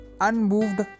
unmoved